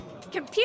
Computer